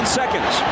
seconds